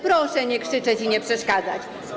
Proszę nie krzyczeć i nie przeszkadzać.